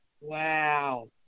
Wow